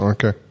Okay